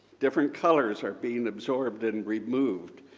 different colors are being absorbed and and removed.